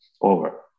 over